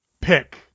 pick